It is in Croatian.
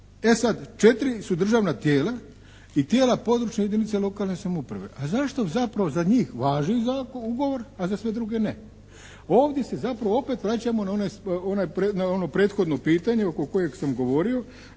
E sad četiri su državna tijela i tijela područja jedinica lokalne samouprave. A zašto zapravo za njih važi ugovor a za sve druge ne? Ovdje se zapravo opet vraćamo na onaj, na ono prethodno pitanje oko kojeg sam govorio